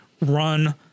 run